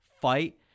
fight